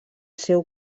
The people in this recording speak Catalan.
seu